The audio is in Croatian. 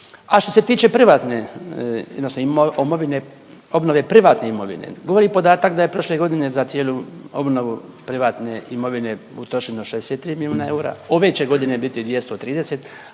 A što se tiče privatne, odnosno imovine, obnove privatne imovine govori i podatak da je prošle godine za cijelu obnovu privatne imovine utrošeno 63 milijuna eura. Ove će godine biti 230,